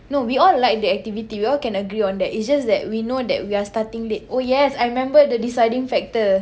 no we all like the activity we all can agree on that it's just that we know that we are starting late oh yes I remember the deciding factor